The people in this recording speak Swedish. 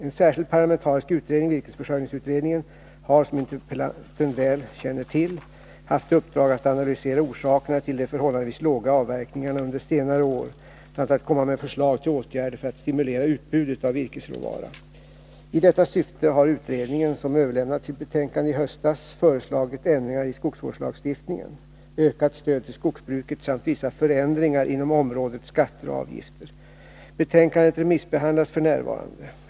En särskild parlamentarisk utredning, virkesförsörjningsutredningen, har, som interpellanten väl känner till, haft i uppdrag att analysera orsakerna till de förhållandevis låga avverkningarna under senare år samt att komma med förslag till åtgärder för att stimulera utbudet av virkesråvara. I detta syfte har utredningen, som överlämnat sitt betänkande i höstas , föreslagit ändringar i skogsvårdslagstiftningen, ökat stöd till skogsbruket samt vissa förändringar inom området skatter och avgifter. Betänkandet remissbehandlas f. n.